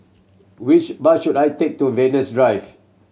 which bus should I take to Venus Drive